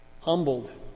humbled